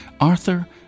Arthur